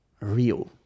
real